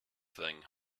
thing